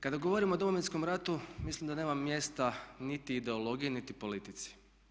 Kada govorimo o Domovinskom ratu, mislim da nema mjesta niti ideologiji niti politici.